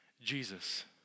Jesus